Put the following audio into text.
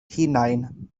hunain